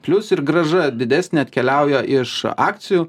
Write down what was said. plius ir grąža didesnė atkeliauja iš akcijų